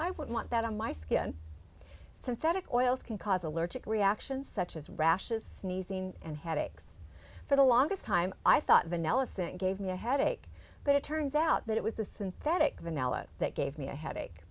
i would want that on my skin synthetic oils can cause allergic reactions such as rashes sneezing and headaches for the longest time i thought of an elephant gave me a headache but it turns out that it was a synthetic vanilla that gave me a headache